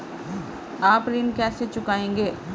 आप ऋण कैसे चुकाएंगे?